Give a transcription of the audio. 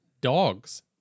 dogs